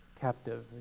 captive